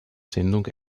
sendung